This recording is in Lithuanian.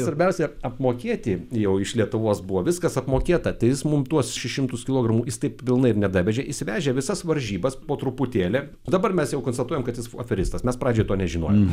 svarbiausia apmokėti jau iš lietuvos buvo viskas apmokėta tai jis mums tuos šešis šimtus kilogramų jis taip pilnai ir nedavežė jis vežė visas varžybas po truputėlį dabar mes jau konstatuojam kad jis aferistas mes pradžioj to nežinojom